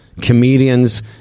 comedians